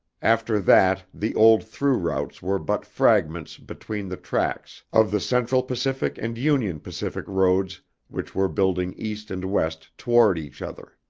after that, the old through routes were but fragments between the tracks of the central pacific and union pacific roads which were building east and west toward each other.